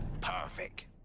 Perfect